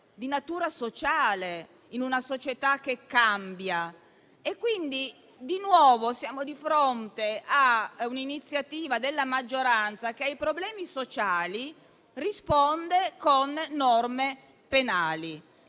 sociale in una società che cambia. Siamo quindi nuovamente di fronte a un'iniziativa della maggioranza che ai problemi sociali risponde con norme penali.